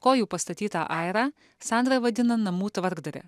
kojų pastatytą airą sandra vadina namų tvarkdare